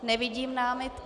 Nevidím námitku.